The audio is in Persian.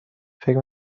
فکر